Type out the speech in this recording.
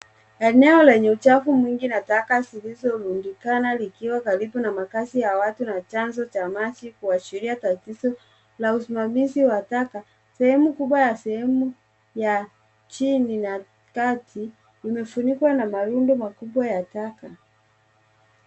Eneo lenye uchafu mwingi na taka zilizorundikana likiwa karibu na makazi ya watu na chanzo cha maji kuashiria tatizo la usimamizi wa taka. Sehemu kubwa ya sehemu ya chini na kati imefunikwa na marundo makubwa ya taka.